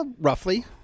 roughly